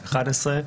11,